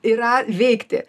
yra veikti